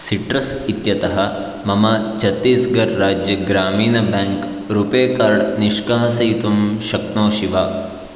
citrus इत्यतः मम छत्तिस्गर्ह् राज्य ग्रामिन् बैङ्क् रूपे कार्ड् निष्कासयितुं शक्नोषि वा